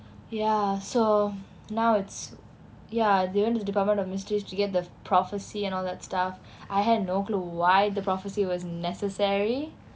ya so now it's ya they went to the department of mysteries to get the prophecy and all that stuff I had no clue why the prophecy was necessary